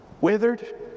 Withered